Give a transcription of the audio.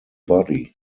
body